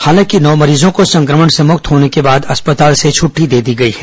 हालांकि नौ मरीजों को संक्रमण से मुक्त होने के बाद अस्पताल से छटटी दे दी गई है